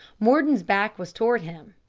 mordon's back was toward him.